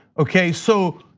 okay, so,